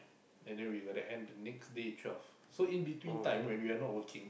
and then we were to end next day twelve so in between time when we are not working